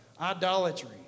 idolatry